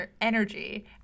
energy